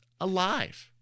alive